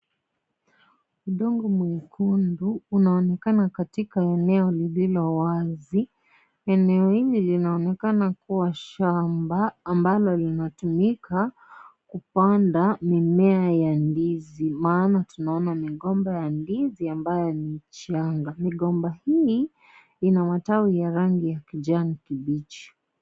Udongo mwekundu unaonekana katika eneo lililo wazi, eneo hili linaonekana kuwa shamba ambalo linatumika kupanda mimea ya ndizi. Maana tunaona migomba ya ndizi ambayo ni changa. Migomba hii ina matawi ya rangi ya kijani kibichi.